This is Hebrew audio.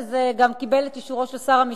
וזה גם קיבל את אישורו של שר המשפטים.